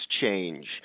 change